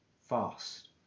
fast